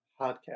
Podcast